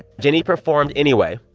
jenny performed anyway.